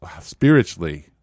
spiritually